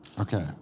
Okay